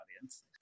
audience